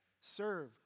Serve